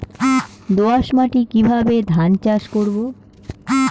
দোয়াস মাটি কিভাবে ধান চাষ করব?